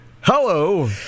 Hello